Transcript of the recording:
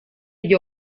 gli